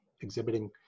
exhibiting